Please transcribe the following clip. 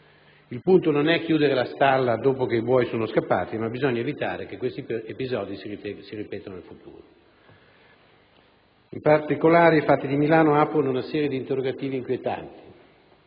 Il punto non è chiudere la stalla dopo che i buoi sono scappati, ma bisogna evitare che questi episodi si ripetano in futuro. In particolare i fatti di Milano aprono una serie di interrogativi inquietanti: